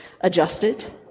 adjusted